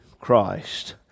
Christ